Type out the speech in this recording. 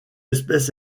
espèce